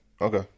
Okay